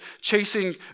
chasing